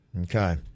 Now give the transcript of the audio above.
Okay